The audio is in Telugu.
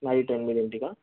నైట్ ఎనిమిదింటికా